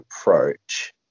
approach